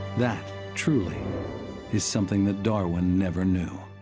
that truly is something that darwin never knew.